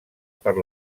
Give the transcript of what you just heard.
per